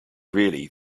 really